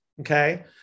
okay